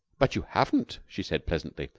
but you haven't, she said pleasantly.